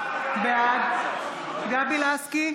בעד גבי לסקי,